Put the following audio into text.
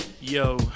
Yo